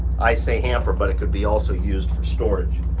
i say hamper, but it could be also used for storage.